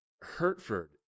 Hertford